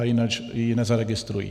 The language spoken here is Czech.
Jinak ji nezaregistrují.